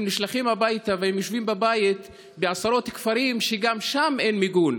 הם נשלחים הביתה והם יושבים בבית בעשרות כפרים שגם בהם אין מיגון,